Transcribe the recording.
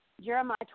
Jeremiah